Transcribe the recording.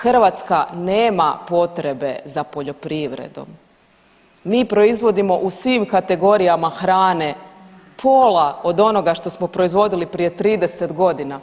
Hrvatska nema potrebe za poljoprivredom, mi proizvodimo u svim kategorijama hrane pola od onoga što smo proizvodili prije 30.g.